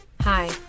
Hi